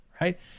right